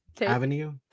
avenue